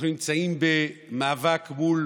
אנחנו נמצאים במאבק מול